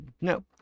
No